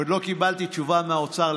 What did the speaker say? עוד לא קיבלתי תשובה מהאוצר,